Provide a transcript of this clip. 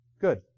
Good